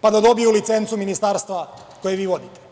pa da dobiju licencu ministarstva koje vi vodite.